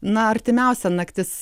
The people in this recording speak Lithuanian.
na artimiausia naktis